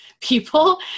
people